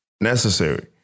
necessary